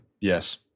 Yes